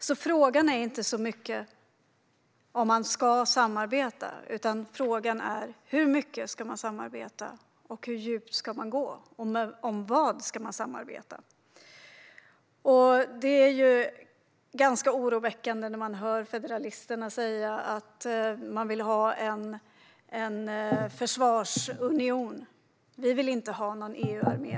Frågan är alltså inte så mycket om man ska samarbeta, utan frågan är hur mycket man ska samarbeta, hur djupt man ska gå och om vad man ska samarbeta. Det är ganska oroväckande att höra federalisterna säga att de vill ha en försvarsunion. Vi vill inte ha någon EU-armé.